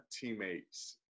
teammates